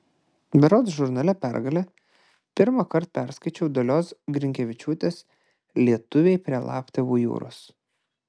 berods žurnale pergalė pirmąkart perskaičiau dalios grinkevičiūtės lietuviai prie laptevų jūros